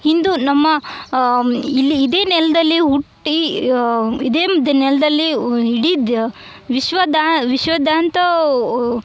ಹಿಂದೂ ನಮ್ಮ ಇಲ್ಲಿ ಇದೇ ನೆಲದಲ್ಲಿ ಹುಟ್ಟಿ ಇದೇಮ್ದ್ ನೆಲದಲ್ಲಿ ಉ ಇಡೀ ದ್ ವಿಶ್ವದ ವಿಶ್ವದಾದ್ಯಂತ ಊ